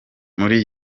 muri